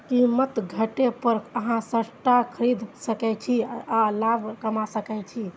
कीमत घटै पर अहां स्टॉक खरीद सकै छी आ लाभ कमा सकै छी